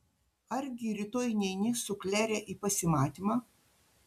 argi rytoj neini su klere į pasimatymą